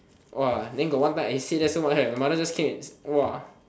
!wah! then got one time I say that so much right my mother just came and !wah!